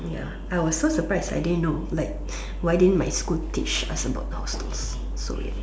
ya I was so surprise I didn't like why didn't my school teach us about hostel so weird